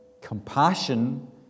compassion